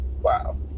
wow